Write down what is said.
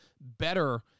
better